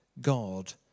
God